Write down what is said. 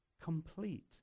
complete